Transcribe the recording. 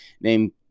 named